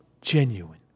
genuine